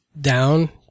down